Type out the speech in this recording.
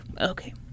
okay